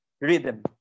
rhythm